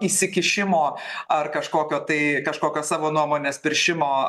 įsikišimo ar kažkokio tai kažkokio savo nuomonės piršimo